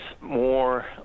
more